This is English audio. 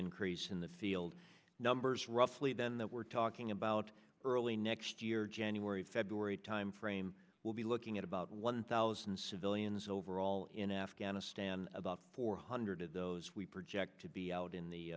increase in the field numbers roughly then that we're talking about early next year january february timeframe we'll be looking at about one thousand civilians overall in afghanistan about four hundred of those we project to be out in the